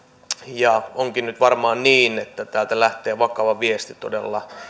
ja nyt varmaan onkin niin että todella täältä lähtee vakava viesti